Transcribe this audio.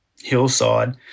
hillside